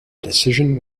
decision